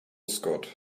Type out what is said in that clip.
scott